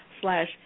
slash